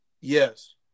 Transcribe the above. yes